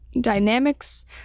dynamics